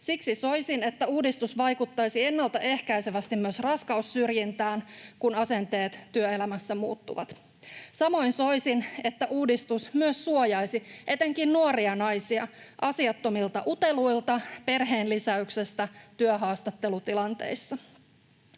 Siksi soisin, että uudistus vaikuttaisi ennalta ehkäisevästi myös raskaussyrjintään, kun asenteet työelämässä muuttuvat. Samoin soisin, että uudistus myös suojaisi etenkin nuoria naisia asiattomilta uteluita perheenlisäyksestä työhaastattelutilanteissa.